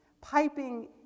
piping